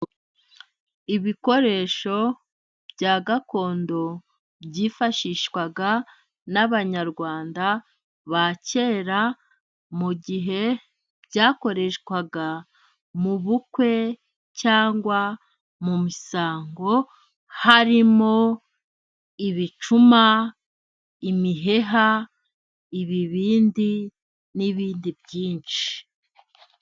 Ibikoresho bya gakondo byifashishwaga n'abanyarwanda ba kera, mu gihe byakoreshwaga mu bukwe cyangwa mu misango harimo: ibicuma, imiheha, ibibindi n'ibindi byinshi.